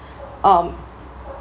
um